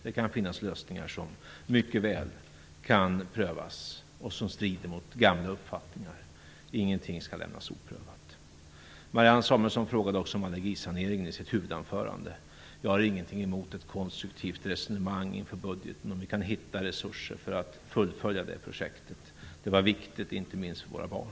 Det kan finnas lösningar som mycket väl kan prövas och som strider mot gamla uppfattningar. Ingenting skall lämnas oprövat. Marianne Samuelsson frågade också om allergisaneringen i sitt huvudanförande. Jag har ingenting emot ett konstruktivt resonemang inför budgeten om hur vi kan hitta resurser för att fullfölja det projektet. Det är viktigt, inte minst för våra barn.